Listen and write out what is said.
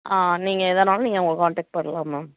நீங்கள் எதானாலும் நீங்கள் அவங்கள காண்டெக்ட் பண்ணலாம் மேம்